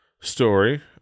story